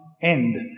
end